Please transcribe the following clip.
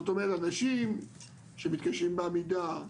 זאת אומרת אנשים שמתקשים בעמידה,